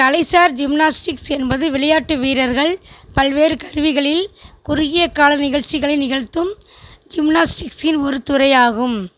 கலைசார் gymnastics என்பது விளையாட்டு வீரர்கள் பல்வேறு கருவிகளில் குறுகிய கால நிகழ்ச்சிகளை நிகழ்த்தும் ஜிம்னாஸ்டிக்ஸின் ஒரு துறையாகும்